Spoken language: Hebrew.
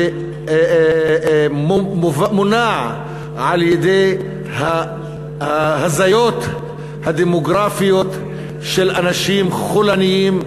שמונע על-ידי ההזיות הדמוגרפיות של אנשים חולניים,